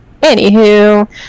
anywho